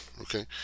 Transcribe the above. okay